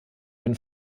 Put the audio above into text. den